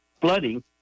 flooding